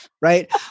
Right